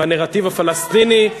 בנרטיב הפלסטיני,